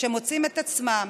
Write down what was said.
מוצאים את עצמם